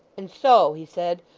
and so he said,